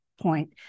point